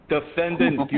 Defendant